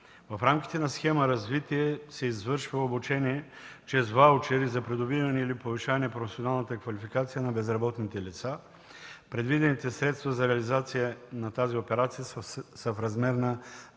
В рамките на схема „Развитие” се извършва обучение чрез ваучери за придобиване или повишаване професионалната квалификация на безработните лица. Предвидените средства за реализация на тази операция са в размер на